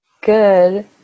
Good